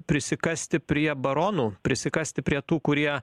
prisikasti prie baronų prisikasti prie tų kurie